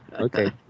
Okay